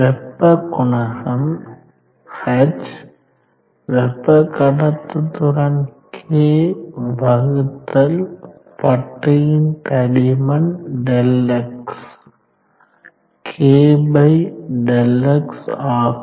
வெப்ப குணகம் h வெப்பக்கடத்துத்திறன் k வகுத்தல் பட்டையின் தடிமன் Δx k Δx ஆகும்